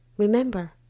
Remember